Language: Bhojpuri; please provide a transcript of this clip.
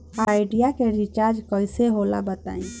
आइडिया के रिचार्ज कइसे होला बताई?